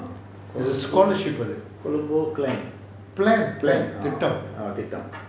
it's a scholarship அது:athu plan plan திட்டம்:thitam